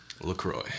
LaCroix